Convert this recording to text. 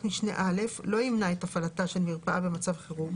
משנה (א) לא ימנע את הפעלתה של מרפאה במצב חירום,